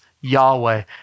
Yahweh